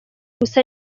gusa